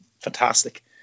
fantastic